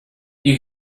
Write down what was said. you